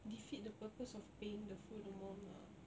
defeat the purpose of paying the full amount lah